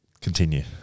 Continue